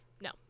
No